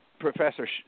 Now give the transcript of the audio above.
Professor